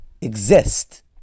exist